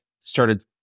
started